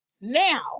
now